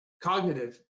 cognitive